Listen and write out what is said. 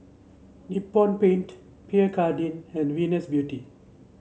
Nippon Paint Pierre Cardin and Venus Beauty